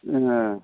ए